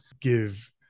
give